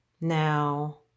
Now